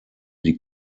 die